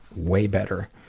way better.